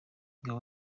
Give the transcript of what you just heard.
ingabo